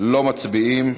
לא מצביעים.